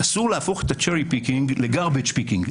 אסור להפוך את ה-Cherry picking ל-Garbage picking.